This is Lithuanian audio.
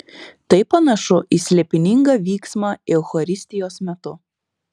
tai panašu į slėpiningą vyksmą eucharistijos metu